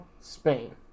Spain